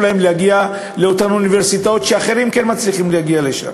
להם להגיע לאותן אוניברסיטאות שאחרים כן מצליחים להגיע אליהן.